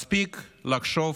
מספיק לחשוב